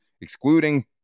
excluding